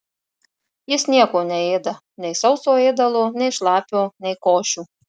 jis nieko neėda nei sauso ėdalo nei šlapio nei košių